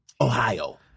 Ohio